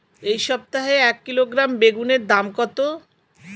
এই সপ্তাহে এক কিলোগ্রাম বেগুন এর দাম কত?